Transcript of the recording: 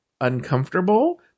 uncomfortable